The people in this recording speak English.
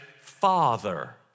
father